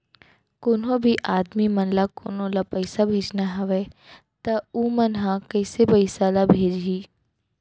कोन्हों भी आदमी मन ला कोनो ला पइसा भेजना हवय त उ मन ह कइसे पइसा ला भेजही?